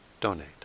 donate